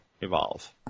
Evolve